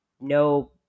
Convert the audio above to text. no